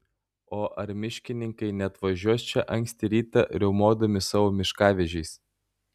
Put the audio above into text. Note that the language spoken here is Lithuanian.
o ar miškininkai neatvažiuos čia anksti rytą riaumodami savo miškavežiais